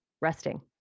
resting